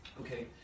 okay